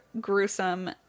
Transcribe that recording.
gruesome